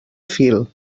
fil